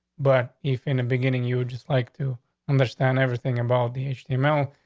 but if in the beginning you just like to understand everything about the email,